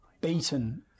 beaten